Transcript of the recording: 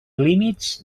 límits